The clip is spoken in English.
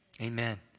amen